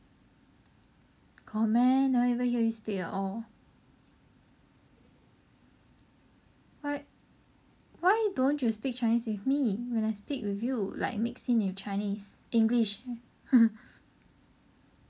got meh never even hear you speak at all why why don't you speak chinese with me when I speak with you like mix in with chinese english